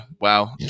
wow